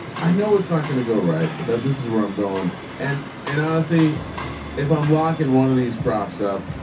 i know it's not going to go right but that this is where i'm going and and honestly if i'm like in one of these props up.